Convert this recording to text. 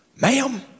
ma'am